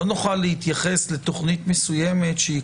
לא נוכל להתייחס לתוכנית מסוימת שהיא